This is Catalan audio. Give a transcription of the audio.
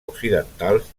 occidentals